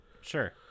Sure